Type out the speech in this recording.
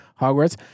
Hogwarts